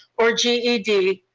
or ged.